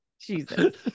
Jesus